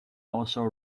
also